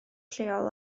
lleol